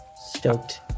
Stoked